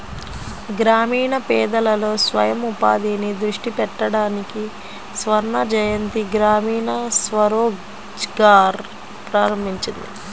గ్రామీణ పేదలలో స్వయం ఉపాధిని దృష్టి పెట్టడానికి స్వర్ణజయంతి గ్రామీణ స్వరోజ్గార్ ప్రారంభించింది